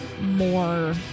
more